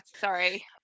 sorry